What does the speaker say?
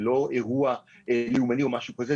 זה לא אירוע לאומני או משהו כזה.